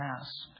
asked